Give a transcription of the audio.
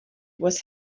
was